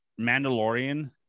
mandalorian